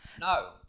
No